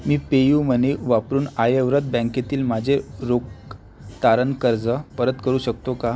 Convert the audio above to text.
मी PayU Money वापरून आयव्रत बँकेतील माझे रोख तारण कर्ज परत करू शकतो का